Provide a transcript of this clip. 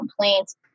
complaints